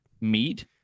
meat